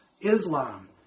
Islam